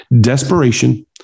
Desperation